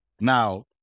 Now